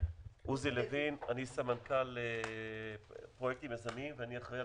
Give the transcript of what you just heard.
אני סמנכ"ל פרויקטים יזמיים ואחראי על